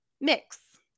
mix